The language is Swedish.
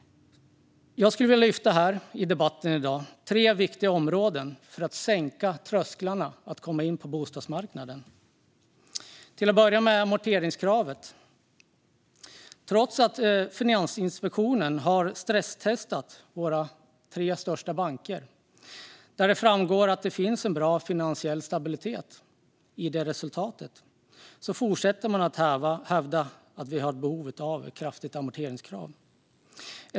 Jag skulle i debatten i dag vilja lyfta tre viktiga områden för att sänka trösklarna till bostadsmarknaden. Till att börja med gäller det amorteringskravet. Trots att Finansinspektionen har stresstestat våra tre största banker och resultatet visar att det finns en bra finansiell stabilitet fortsätter man att hävda att vi har behov av ett krav på en kraftig amortering.